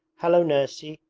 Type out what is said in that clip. hallo nursey!